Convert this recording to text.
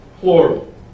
Plural